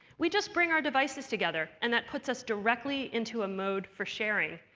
we just bring our devices together, and that puts us directly into a mode for sharing.